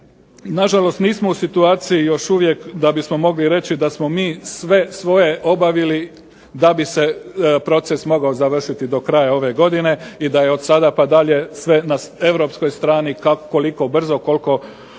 Nažalost, nismo u situaciji, još uvijek, da bismo mogli reći da smo mi sve svoje obavili da bi se proces mogao završiti do kraja ove godine i da je od sada pa dalje sve na europskoj strani koliko brzo, koliko